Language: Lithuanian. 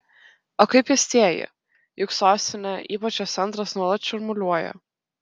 o kaip pėstieji juk sostinė ypač jos centras nuolat šurmuliuoja